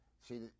see